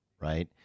right